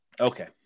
Okay